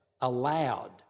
aloud